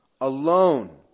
alone